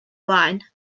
blaen